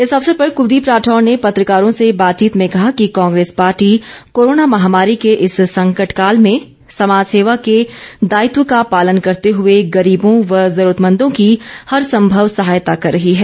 इस अवसर पर कुलदीप राठौर ने पत्रकारों से बातचीत में कहा कि कांग्रेस पार्टी कोरोना महामारी के इस संकट काल में समाज सेवा के दायित्व का पालन करते हुए गरीबों व जरूरतमंदों की हर सम्भव सहायता कर रही है